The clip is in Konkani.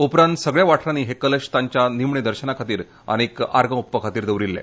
उपरांत सगळ्या वाठारानी हे कलश तांच्या निमण्यां दर्शना खातीर आनी आर्गां ओंपपा खातीर दवरिल्ले